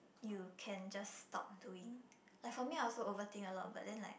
you can just stop doing like for me I'll also overthink a lot but then like